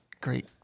great